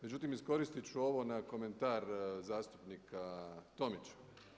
Međutim, iskoristit ću ovo na komentar zastupnika Tomića.